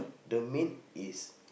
the main is